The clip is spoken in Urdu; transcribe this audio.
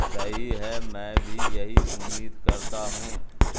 صحیح ہے میں بھی یہی امید کرتا ہوں